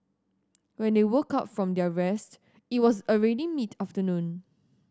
when they woke up from their rest it was already mid afternoon